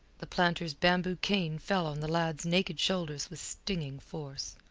the planter's bamboo cane fell on the lad's naked shoulders with stinging force.